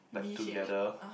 like together